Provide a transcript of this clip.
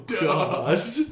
God